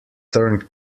turned